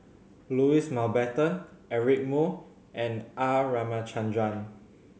Louis Mountbatten Eric Moo and R Ramachandran